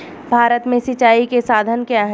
भारत में सिंचाई के साधन क्या है?